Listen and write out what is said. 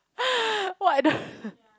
what the